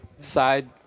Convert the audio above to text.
side